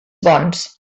bons